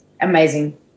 amazing